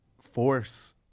force